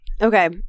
Okay